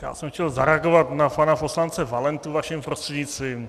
Já jsem chtěl zareagovat na pana poslance Valentu vaším prostřednictvím.